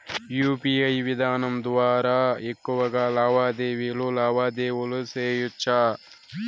UPI విధానం ద్వారా ఎక్కువగా లావాదేవీలు లావాదేవీలు సేయొచ్చా?